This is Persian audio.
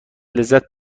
لذت